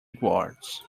guards